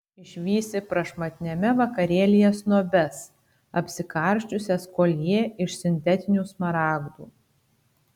išvysi prašmatniame vakarėlyje snobes apsikarsčiusias koljė iš sintetinių smaragdų